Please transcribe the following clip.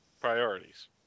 Priorities